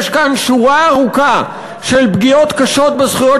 יש כאן שורה ארוכה של פגיעות קשות בזכויות